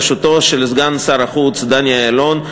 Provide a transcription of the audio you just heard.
בראשותו של סגן שר החוץ דני אילון,